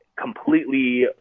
completely